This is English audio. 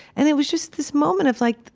and it was just this moment of like,